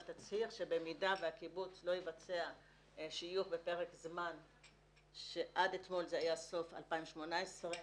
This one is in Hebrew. תצהיר שבמידה והקיבוץ לא יבצע שיוך בפרק זמן שעד אתמול זה היה סוף 2018,